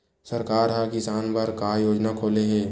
सरकार ह किसान बर का योजना खोले हे?